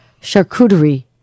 Charcuterie